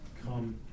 come